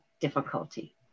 difficulty